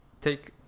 take